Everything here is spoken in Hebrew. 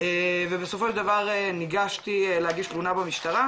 ובסופו של דבר ניגשתי להגיש תלונה במשטרה,